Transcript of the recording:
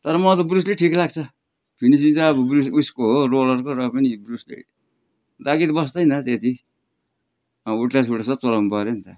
तर म त ब्रुसले ठिक लाग्छ फिनिसिङ त अब ब्रुस उसको हो रोलर र पनि ब्रुसले दागी त बस्दैन त्यति अब उड क्लासबाट सब चलाउनुपर्यो नि त